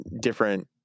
different